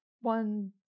one